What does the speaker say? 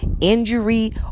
injury